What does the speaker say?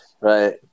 Right